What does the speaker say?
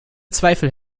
zweifel